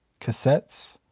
cassettes